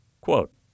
quote